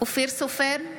אופיר סופר,